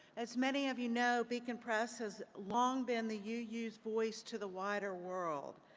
as many of you know, beacon press has long been the u u's voice to the wider world.